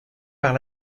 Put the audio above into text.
par